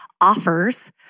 offers